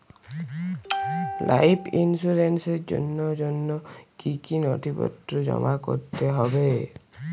Life ইন্সুরেন্সর জন্য জন্য কি কি নথিপত্র জমা করতে হবে?